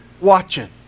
watching